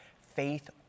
Faith